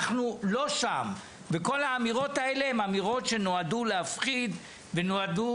אנחנו לא שם וכל האמירות האלה הן אמירות שנועדו להפחיד ונועדו